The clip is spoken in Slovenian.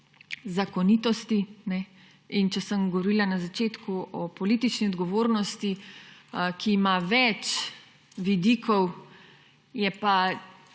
zakonitosti. Če sem govorila na začetku o politični odgovornosti, ki ima več vidikov, je pa